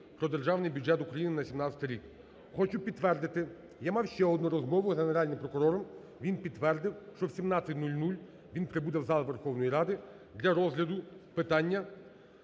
"Про Державний бюджет України на 17-й рік". Хочу підтвердити: я мав ще одну розмову з Генеральним прокурором, він підтвердив, що о 17:00 він прибуде в зал Верховної Ради для розгляду питання